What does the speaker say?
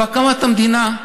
זה היה בהקמת המדינה.